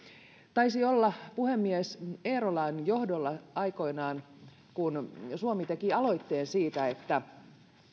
taisi olla puhemies eerolan johdolla aikoinaan kun suomi teki aloitteen siitä että